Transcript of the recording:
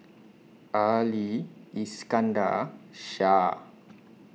Ali Iskandar Shah